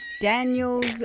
Daniel's